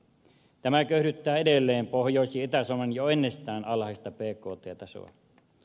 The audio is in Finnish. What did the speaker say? tämä köyhdyttää edelleen pohjois ja itä suomen jo ennestään alhaista bkt tasoa